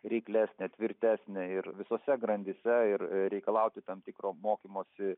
reiklesnė tvirtesnė ir visose grandyse ir reikalauti tam tikro mokymosi